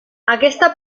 aquesta